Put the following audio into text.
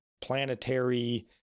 planetary